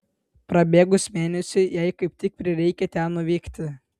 prabėgus mėnesiui jai kaip tik prireikė ten nuvykti